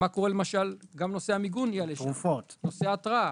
גם נושא המיגון יעלה שם, וגם נושא ההתרעה.